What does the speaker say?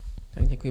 Děkuji.